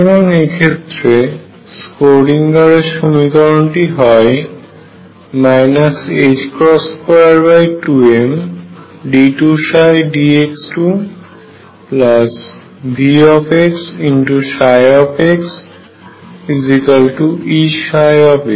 সুতরাং এক্ষেত্রে স্ক্রোডিঙ্গারের সমীকরণটিSchrödinger equation হয় 22md2dx2VxxEψx